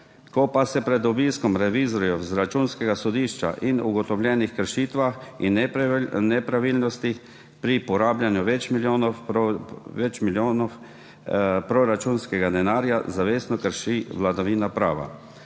ko se pred obiskom revizorjev z Računskega sodišča in ugotovljenih kršitvah in nepravilnostih pri porabljanju več milijonov proračunskega denarja zavestno krši vladavino prava.